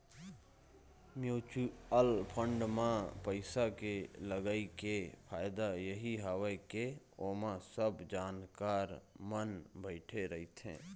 mutual fund म पइसा के लगई के फायदा यही हवय के ओमा सब जानकार मन ह बइठे रहिथे